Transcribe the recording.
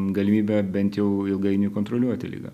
galimybė bent jau ilgainiui kontroliuoti ligą